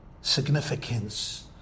significance